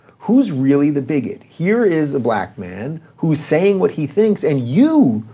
who's really the bigot? here is a black man who's saying what he thinks and you,